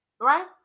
right